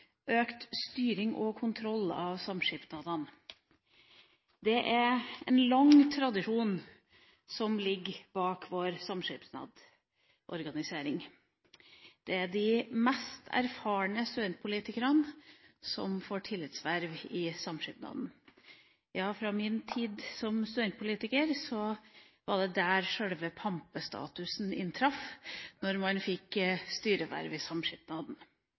økt styring av og kontroll med samskipnadene. Det er en lang tradisjon som ligger bak vår samskipnadsorganisering. Det er de mest erfarne studentpolitikerne som får tillitsverv i samskipnaden. Ja, fra min tid som studentpolitiker var det når man fikk styreverv i samskipnaden,